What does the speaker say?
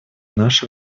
наше